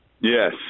Yes